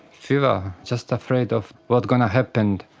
fear, but just afraid of what's going to happen.